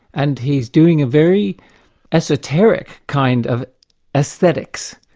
and he's doing a very esoteric kind of aesthetics,